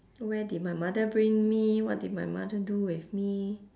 where did my mother bring me what did my mother do with me